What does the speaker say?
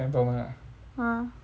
ah